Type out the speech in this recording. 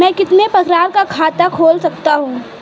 मैं कितने प्रकार का खाता खोल सकता हूँ?